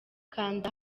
kanda